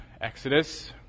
Exodus